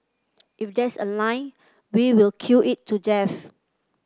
if there's a line we will queue it to death